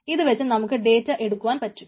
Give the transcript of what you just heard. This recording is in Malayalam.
ഇതു വച്ച് നമുക്ക് ഡേറ്റാ എടുക്കുവാൻ പറ്റും